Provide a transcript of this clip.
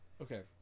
Okay